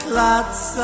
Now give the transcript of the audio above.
lots